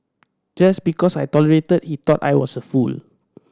just because I tolerated he thought I was a fool